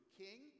king